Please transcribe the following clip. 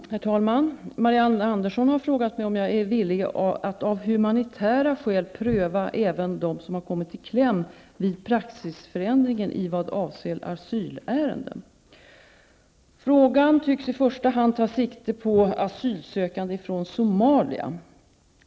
Herr talman! Marianne Andersson har frågat mig om jag är ''villig att av humanitära skäl pröva även dem som kommit i kläm vid praxisförändringen i vad avser asylärenden''. Frågan synes i första hand ta sikte på asylsökande från Somalia.